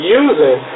using